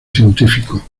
científico